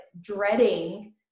dreading